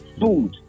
food